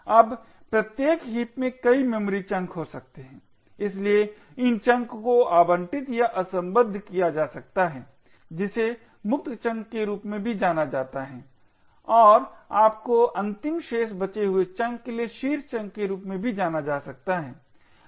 अब प्रत्येक हीप में कई मेमोरी चंक हो सकते हैं इसलिए इन चंक को आवंटित या असंबद्ध किया जा सकता है जिसे मुक्त चंक के रूप में भी जाना जाता है और आपको अंतिम शेष बचे हुए चंक के लिए शीर्ष चंक के रूप में भी जाना जा सकता है